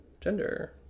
gender